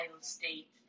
State